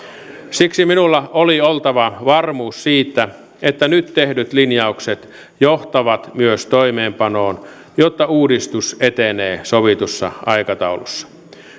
siksi minulla oli oltava varmuus siitä että nyt tehdyt linjaukset johtavat myös toimeenpanoon jotta uudistus etenee sovitussa aikataulussa